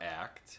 Act